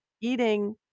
eating